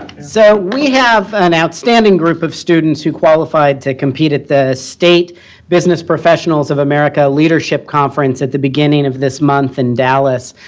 so, we have an outstanding group of students who qualified to compete at the state business professionals of americas leadership conference at the beginning of this month in dallas.